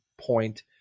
point